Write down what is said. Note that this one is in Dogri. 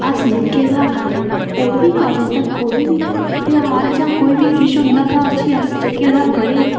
अस जेह्के तां कोई बी कॉलेज़ दा कोई बी ध्यार जां कोई बी किश तां उसी अस जेह्के तां बड़े